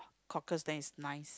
cockles than it's nice